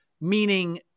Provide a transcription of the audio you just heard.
Meaning